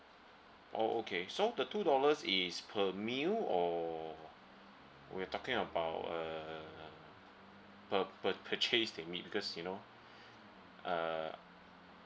oh okay so the two dollars is per meal or we're talking about uh pur~ pur~ purchased the meal because you know err